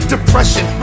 Depression